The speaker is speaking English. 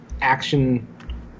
action